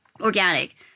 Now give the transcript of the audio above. organic